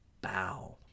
bow